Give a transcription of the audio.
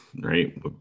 right